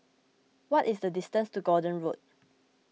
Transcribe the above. what is the distance to Gordon Road